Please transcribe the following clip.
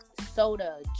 soda